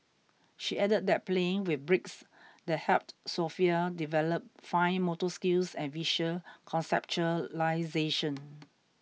she added that playing with bricks that helped Sofia develop fine motor skills and visual conceptualisation